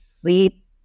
sleep